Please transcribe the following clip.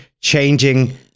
changing